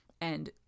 and-